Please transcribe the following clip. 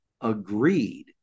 agreed